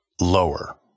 lower